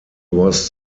was